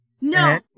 No